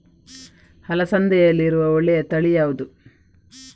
ಅಲಸಂದೆಯಲ್ಲಿರುವ ಒಳ್ಳೆಯ ತಳಿ ಯಾವ್ದು?